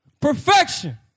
Perfection